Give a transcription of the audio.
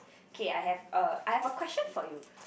okay I have a I have a question for you